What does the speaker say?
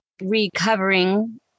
recovering